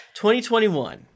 2021